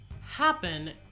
happen